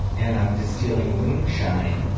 and i'm distilling moonshine.